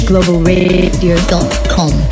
GlobalRadio.com